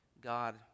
God